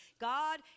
God